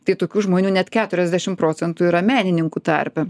tai tokių žmonių net keturiasdešim procentų yra menininkų tarpe